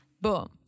boom